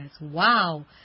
wow